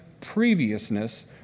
previousness